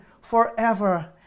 forever